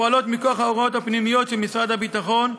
הפועלות מכוח ההוראות הפנימיות של משרד הביטחון,